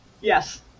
Yes